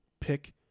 pick